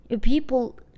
People